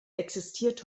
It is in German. existiert